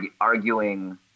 arguing